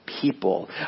people